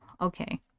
Okay